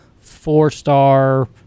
four-star